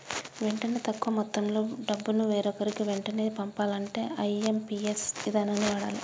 వెంటనే తక్కువ మొత్తంలో డబ్బును వేరొకరికి వెంటనే పంపాలంటే ఐ.ఎమ్.పి.ఎస్ ఇదానాన్ని వాడాలే